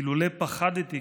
"אילולא פחדתי",